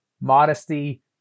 modesty